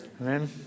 Amen